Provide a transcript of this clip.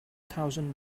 thousand